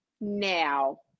now